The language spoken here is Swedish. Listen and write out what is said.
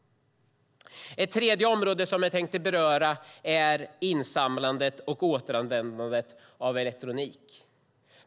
Ytterligare ett område är insamlandet och återvändandet av elektronik.